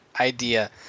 idea